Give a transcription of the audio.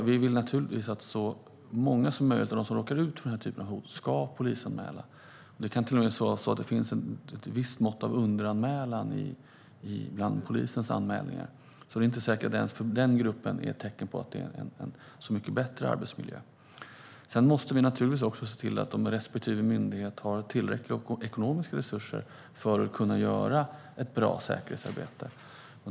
Vi vill naturligtvis att så många som möjligt av dem som råkar ut för denna typ av hot ska polisanmäla. Det kan till och med vara så att det finns ett visst mått av underanmälan när det gäller polisens anmälningar. Det är inte säkert att det ens för den gruppen är ett tecken på att det är en så mycket bättre arbetsmiljö. Vi måste naturligtvis också se till att respektive myndighet har tillräckliga ekonomiska resurser för att kunna göra ett bra säkerhetsarbete.